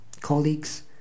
Colleagues